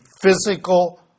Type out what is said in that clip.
physical